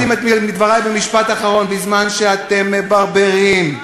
אני אשלים את דברי במשפט אחרון: בזמן שאתם מברברים,